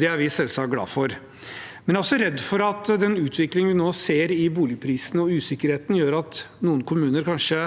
det er vi selvsagt glad for. Men jeg er redd for at den utviklingen vi nå ser i boligprisene, og usikkerheten, gjør at noen kommuner kanskje